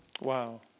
Wow